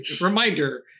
reminder